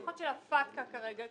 לפחות של הפטקא כרגע,